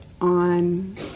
on